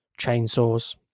chainsaws